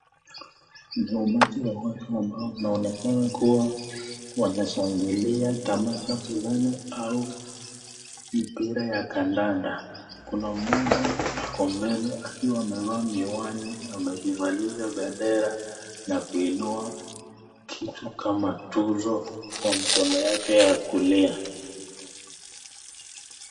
Ni umati wa watu ambao wanaonekana kuwa wanashangilia tamasha fulani au mpira ya kandanda. Kuna mmoja ako mbele akiwa amevaa miwani, amejivalia bendera na kuinua kitu kama tuzo kwa mkono wake ya kulia.